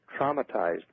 traumatized